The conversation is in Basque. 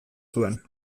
zuen